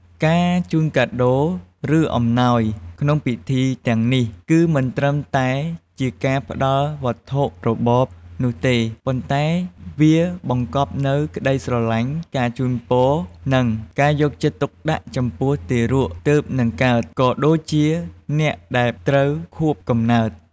ការជូនកាដូ ឬអំណោយក្នុងពិធីទាំងនេះ គឺមិនត្រឹមតែជាការផ្ដល់វត្ថុរបរនោះទេ ប៉ុន្តែវាបង្កប់នូវ ក្ដីស្រលាញ់ ការជូនពរ និងការយកចិត្តទុកដាក់ ចំពោះទារកទើបនឹងកើត ក៏ដូចជាអ្នកដែលត្រូវខួបកំណើត។